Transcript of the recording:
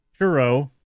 churro